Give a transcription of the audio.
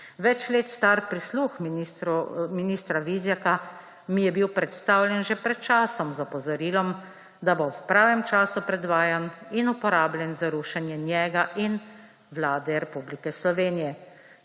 »Več let star prisluh ministra Vizjaka mi je bil predstavljen že pred časom, z opozorilom, da bo ob pravem času predvajan in uporabljen za rušenje njega in Vlade RS.